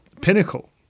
pinnacle